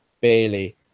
Bailey